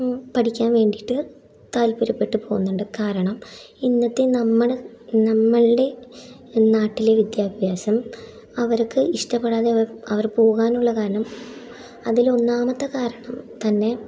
പഠിക്കാൻ വേണ്ടിയിട്ട് താത്പര്യപ്പെട്ടു പോകുന്നുണ്ട് കാരണം ഇന്നത്തെ നമ്മുടെ നമ്മളുടെ ഇന്നാട്ടിലെ വിദ്യാഭ്യാസം അവർക്ക് ഇഷ്ടപ്പെടാതെ അവർ പോകാനുള്ള കാരണം അതിലൊന്നാമത്തെ കാരണം തന്നെ